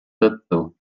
tõttu